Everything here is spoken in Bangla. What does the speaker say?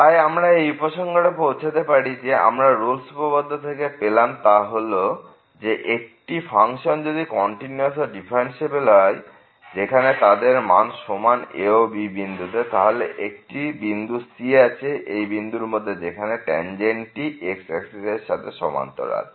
তাই আমরা এই উপসংহারে পৌঁছতে পারি যা আমরা রোল'স উপপাদ্য থেকে পেলাম তা হল যে একটি ফাংশন যদি কন্টিনিউয়াস ও ডিফারেন্সিএবেল হয় যেখানে তাদের সমান মান a ও b বিন্দুতে তাহলে একটি বিন্দু c আছে এই দুটি বিন্দুর মধ্যে যেখানে ট্যানজেন্টটি x অ্যাক্সিস এর সঙ্গে সমান্তরাল